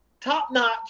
top-notch